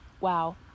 Wow